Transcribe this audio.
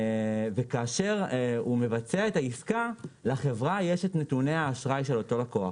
וכאשר הוא מבצע את העסקה לחברה יש נתוני האשראי של אותו לקוח.